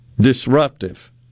disruptive